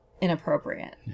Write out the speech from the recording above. inappropriate